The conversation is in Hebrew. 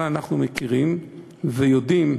אבל אנחנו מכירים ויודעים